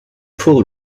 pull